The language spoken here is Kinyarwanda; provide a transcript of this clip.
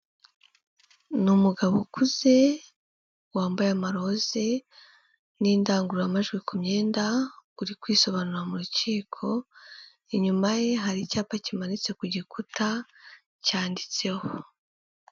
Ni umugabo ukuze wambaye amarose n'indangururamajwi ku myenda uri kwisobanura mu rukiko, inyuma ye hari icyapa kimanitse ku gikuta cyanditseho.